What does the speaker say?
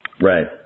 Right